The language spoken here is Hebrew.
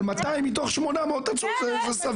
אבל 200 מתוך 800 זה סביר.